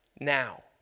now